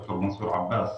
ד"ר מנסור עבאס,